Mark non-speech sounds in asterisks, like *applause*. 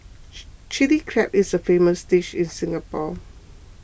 *hesitation* Chilli Crab is a famous dish in Singapore